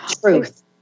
Truth